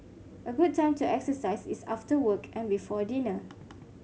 a good time to exercise is after work and before dinner